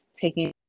taking